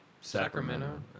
Sacramento